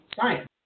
Science